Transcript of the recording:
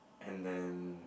and then